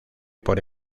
por